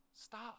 stop